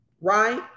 right